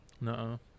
No